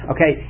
Okay